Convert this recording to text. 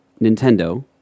Nintendo